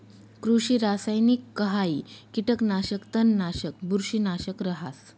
कृषि रासायनिकहाई कीटकनाशक, तणनाशक, बुरशीनाशक रहास